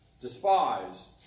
despise